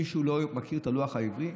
מישהו לא מכיר את הלוח העברי?